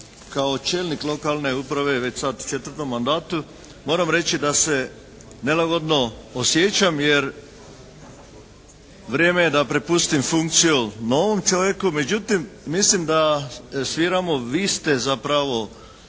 kao čelnik lokalne uprave već sada u četvrtom mandatu moram reći da se nelagodno osjećam jer vrijeme je da prepustim funkciju novom čovjeku, međutim mislim da sviramo vi ste zapravo